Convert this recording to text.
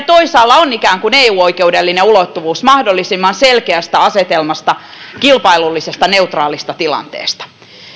toisaalla on ikään kuin eu oikeudellinen ulottuvuus mahdollisimman selkeästä asetelmasta kilpailullisesti neutraalista tilanteesta